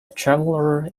traveller